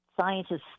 scientists